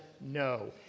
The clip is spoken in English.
No